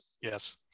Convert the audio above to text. Yes